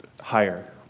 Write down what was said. higher